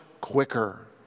quicker